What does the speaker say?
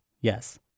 yes